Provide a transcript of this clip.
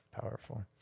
Powerful